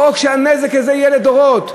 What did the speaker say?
חוק שהנזק ממנו יהיה לדורות.